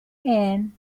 and